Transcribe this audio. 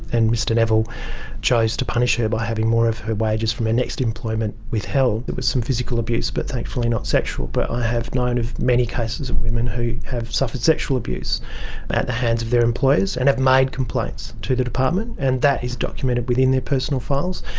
and mr neville chose to punish her by having more of her wages from her next employment withheld. it was some physical abuse, but thankfully not sexual, but i have known of many cases of women who have suffered sexual abuse at the hands of their employers and have made complaints to the department. and that is documented within their personal files.